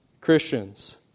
Christians